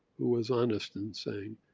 who was honest in saying,